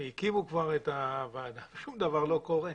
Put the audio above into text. הקימו את הוועדה ושום דבר לא קורה.